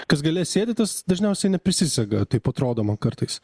kas gale sėdi tas dažniausiai neprisisega taip atrodo man kartais